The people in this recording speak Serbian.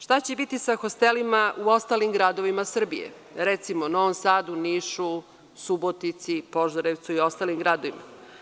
Šta će biti sa hostelima u ostalim gradovima Srbije, recimo Novom Sadu, Nišu, Subotici, Požarevcu i ostalim gradovima?